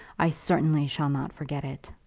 i certainly shall not forget it.